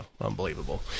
Unbelievable